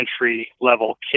entry-level